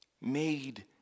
made